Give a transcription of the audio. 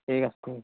ঠিক আছে ঠিক আছে